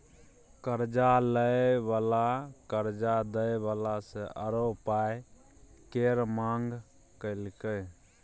कर्जा लय बला कर्जा दय बला सँ आरो पाइ केर मांग केलकै